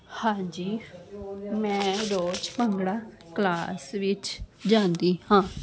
ਹਾਂਜੀ ਮੈਂ ਰੋਜ਼ ਭੰਗੜਾ ਕਲਾਸ ਵਿੱਚ ਜਾਂਦੀ ਹਾਂ